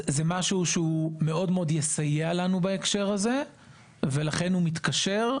זה משהו שמאוד מאוד יסייע לנו בהקשר הזה ולכן הוא מתקשר,